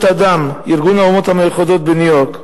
אדם בארגון האומות המאוחדות בניו-יורק.